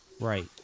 Right